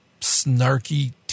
snarky